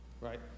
right